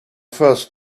first